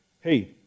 hey